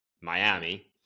Miami